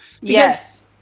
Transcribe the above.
Yes